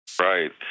Right